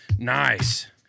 nice